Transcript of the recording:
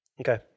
Okay